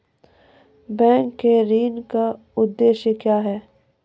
Bank के ऋण का उद्देश्य क्या हैं?